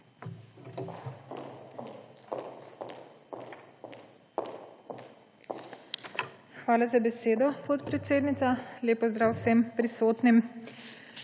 Hvala za besedo, podpredsednica. Lep pozdrav vsem prisotnim!